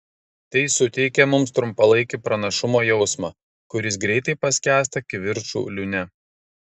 tai suteikia mums trumpalaikį pranašumo jausmą kuris greitai paskęsta kivirčų liūne